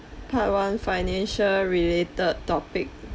part one financial related topic